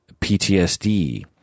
PTSD